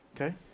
Okay